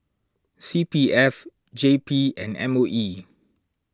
C P F J P and M O E